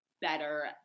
better